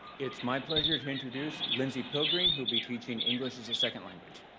it's my pleasure to introduce lindsey pilgreen who'll be teaching english as a second language.